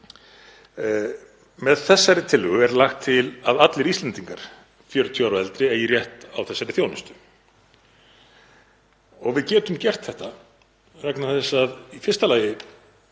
Með þessari tillögu er lagt til að allir Íslendingar 40 ára og eldri eigi rétt á þessari þjónustu. Við getum gert þetta vegna þess að í fyrsta lagi